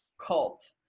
cult